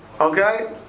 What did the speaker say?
Okay